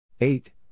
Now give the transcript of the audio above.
Eight